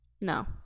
no